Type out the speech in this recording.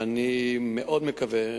ואני מאוד מקווה,